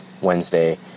Wednesday